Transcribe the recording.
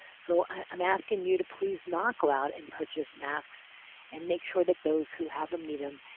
so i'm asking you to please not go out and purchase masks and make sure that those who have them need them.